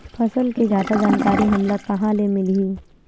फसल के जादा जानकारी हमला कहां ले मिलही?